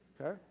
okay